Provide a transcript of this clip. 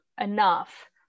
enough